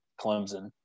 Clemson